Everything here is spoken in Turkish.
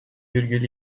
virgül